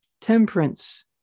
temperance